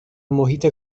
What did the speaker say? محیط